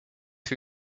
two